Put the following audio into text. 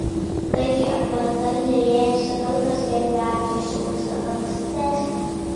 taigi ar patarlė jei esi kaltas rėk dar garsiau visada pasiteisina